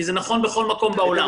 כי זה נכון בכל מקום בעולם.